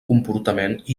comportament